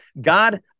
God